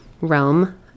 realm